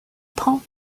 poem